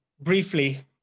briefly